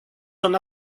son